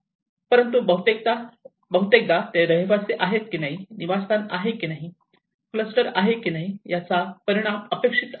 परंतु बहुतेकदा ते रहिवासी आहे की नाही निवासस्थान आहे की नाही क्लस्टर आहे की नाही याचा परिणाम अपेक्षित आहे